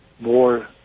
more